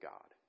God